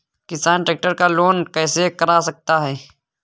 किसान ट्रैक्टर का लोन कैसे करा सकता है?